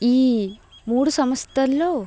ఈ మూడు సంస్థల్లో